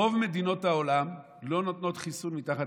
רוב מדינות העולם לא נותנות חיסון מתחת